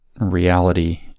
reality